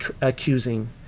accusing